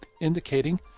indicating